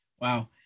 Wow